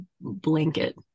blanket